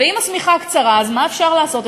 ואם השמיכה קצרה, מה אפשר לעשות?